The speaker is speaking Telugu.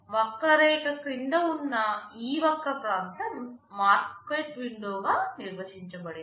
వక్రరేఖ క్రింద ఉన్న ఈ వక్ర ప్రాంతం మార్కెట్ విండోగా నిర్వచించబడింది